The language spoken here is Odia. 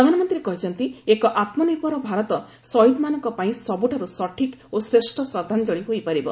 ପ୍ରଧାନମନ୍ତ୍ରୀ କହିଛନ୍ତି ଏକ ଆତ୍ମନିର୍ଭର ଭାରତ ଶହୀଦମାନଙ୍କ ପାଇଁ ସବୁଠାରୁ ସଠିକ୍ ଓ ଶ୍ରେଷ୍ଠ ଶ୍ରଦ୍ଧାଞ୍ଜଳି ହୋଇପାରିବ